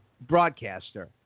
broadcaster